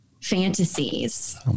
fantasies